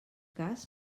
cas